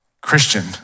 Christian